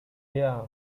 yeah